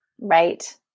right